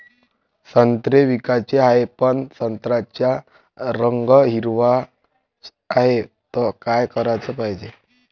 संत्रे विकाचे हाये, पन संत्र्याचा रंग हिरवाच हाये, त का कराच पायजे?